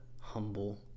humble